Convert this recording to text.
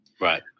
Right